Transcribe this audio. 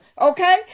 Okay